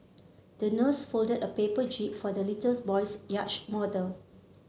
the nurse folded a paper jib for the little boy's yacht model